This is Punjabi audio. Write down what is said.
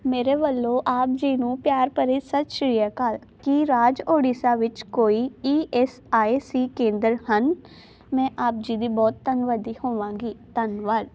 ਮੇਰੇ ਵੱਲੋਂ ਆਪ ਜੀ ਨੂੰ ਪਿਆਰ ਭਰੀ ਸਤਿ ਸ਼੍ਰੀ ਅਕਾਲ ਕੀ ਰਾਜ ਉੜੀਸਾ ਵਿੱਚ ਕੋਈ ਈ ਐੱਸ ਆਈ ਸੀ ਕੇਂਦਰ ਹਨ ਮੈਂ ਆਪ ਜੀ ਦੀ ਬਹੁਤ ਧੰਨਵਾਦੀ ਹੋਵਾਂਗੀ ਧੰਨਵਾਦ